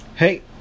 Hey